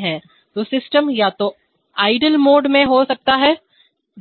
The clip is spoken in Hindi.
तो सिस्टम या तो आइडल मोड निष्क्रिय मोड में हो सकता है